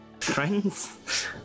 friends